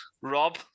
Rob